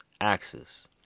axis